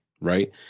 right